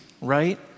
right